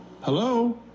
Hello